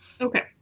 okay